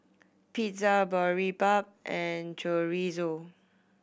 Pizza Boribap and Chorizo